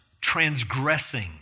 transgressing